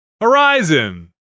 Horizon